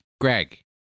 Greg